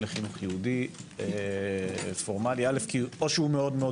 לחינוך יהודי פורמלי כי או הוא מאוד-מאוד